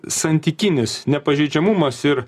santykinis nepažeidžiamumas ir